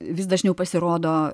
vis dažniau pasirodo